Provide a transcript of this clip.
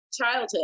childhood